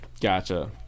Gotcha